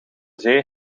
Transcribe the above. zee